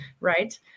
right